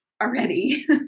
already